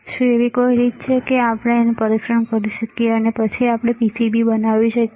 શું એવી કોઈ રીત છે કે આપણે તેનું પરીક્ષણ કરી શકીએ અને પછી અમે આ PCB બનાવીએ